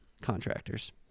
contractors